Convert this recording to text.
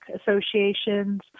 associations